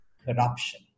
corruption